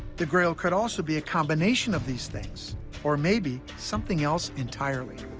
the grail could also be a combination of these things or maybe something else entirely.